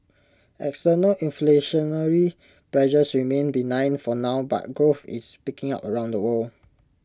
external inflationary pressures remain benign for now but growth its picking up around the world